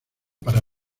para